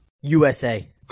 USA